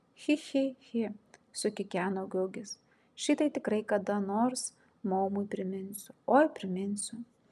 chi chi chi sukikeno gugis šitai tikrai kada nors maumui priminsiu oi priminsiu